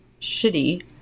shitty